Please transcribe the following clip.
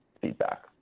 feedback